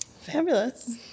Fabulous